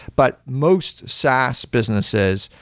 but most saas businesses,